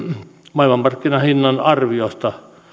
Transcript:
maailmanmarkkinahinnan arviosta